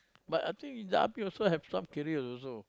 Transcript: but until you in the army also have some theories also